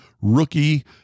rookie